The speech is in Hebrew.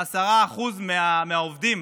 10% מהעובדים